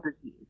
disease